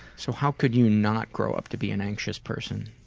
so how could you not grow up to be an anxious person?